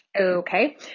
Okay